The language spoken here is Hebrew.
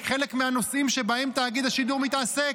לחלק מהנושאים שבהם תאגיד השידור מתעסק.